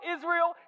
Israel